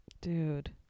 Dude